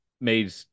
made